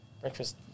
breakfast